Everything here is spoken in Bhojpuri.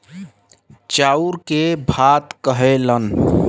चाउर के भात कहेलन